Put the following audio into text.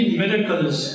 miracles